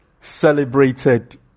celebrated